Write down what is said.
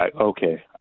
Okay